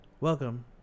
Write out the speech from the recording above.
Welcome